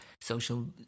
social